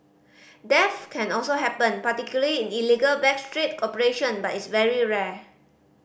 death can also happen particularly in illegal back street operation but is very rare